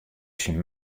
syn